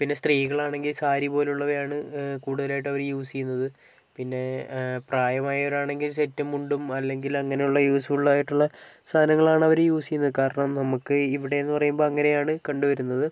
പിന്നെ സ്ത്രീകളാണെങ്കിൽ സാരി പോലുള്ളവയാണ് കൂടുതലായിട്ടവർ യൂസ് ചെയ്യുന്നത് പിന്നെ പ്രായമായവരാണെങ്കിൽ സെറ്റും മുണ്ടും അല്ലെങ്കിൽ അങ്ങനെയുള്ള യൂസ് ഫുള്ളായിട്ടുള്ള സാധനങ്ങളാണ് അവർ യൂസ് ചെയ്യുന്നത് കാരണം നമുക്ക് ഇവിടെയെന്ന് പറയുമ്പം അങ്ങനെയാണ് കണ്ടുവരുന്നത്